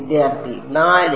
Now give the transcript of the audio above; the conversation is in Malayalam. വിദ്യാർത്ഥി 4